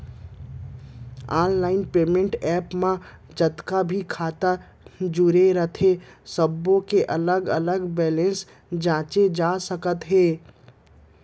online payment app म जतका भी खाता जुरे रथे सब्बो के अलगे अलगे बेलेंस जांचे जा सकत हे